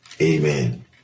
Amen